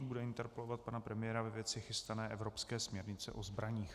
Bude interpelovat pana premiéra ve věci chystané evropské směrnice o zbraních.